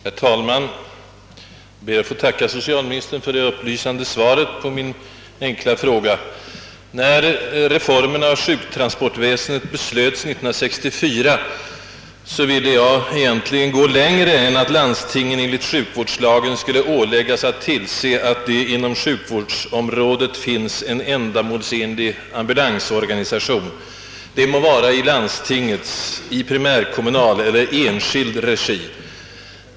Herr talman! Jag ber att få tacka socialministern för det upplysande sva: ret på min enkla fråga. När reformen av sjuktransportväsendet beslöts år 1964 ville jag egentligen gå längre än att landstingen enligt sjukvårdslagen skulle åläggas att tillse, att det inom sjukvårdsområdet finns en ändamålsenlig ambulansorganisation, det må vara i landstings-, i primärkommunal eller i enskild regi.